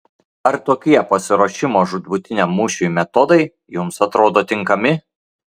ar tokie pasiruošimo žūtbūtiniam mūšiui metodai jums atrodo tinkami